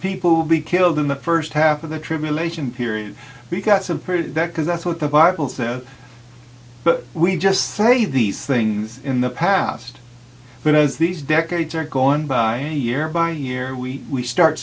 people will be killed in the first half of the tribulation period we got some pretty because that's what the bible says but we just say these things in the past because these decades are gone by a year by year we start